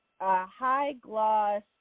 high-gloss